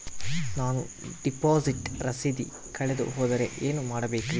ನಾನು ಡಿಪಾಸಿಟ್ ರಸೇದಿ ಕಳೆದುಹೋದರೆ ಏನು ಮಾಡಬೇಕ್ರಿ?